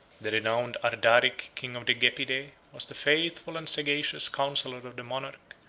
the renowned ardaric, king of the gepidae, was the faithful and sagacious counsellor of the monarch,